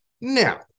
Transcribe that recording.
Now